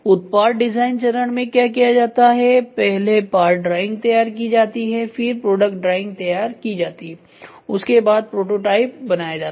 उत्पाद डिजाइन चरण में क्या किया जाता है पहले पार्ट ड्राइंग तैयार की जाती है फिर प्रोडक्ट ड्राइंग तैयार की जाती है और उसके बाद प्रोटोटाइप बनाया जाता है